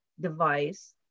device